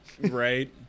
Right